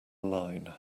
line